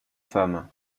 femme